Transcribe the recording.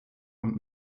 und